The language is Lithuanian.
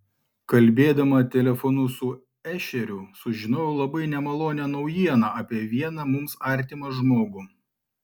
kalbėdama telefonu su ešeriu sužinojau labai nemalonią naujieną apie vieną mums artimą žmogų